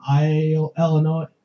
Illinois